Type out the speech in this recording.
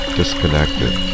disconnected